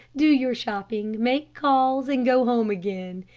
do your shopping, make calls, and go home again.